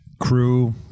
crew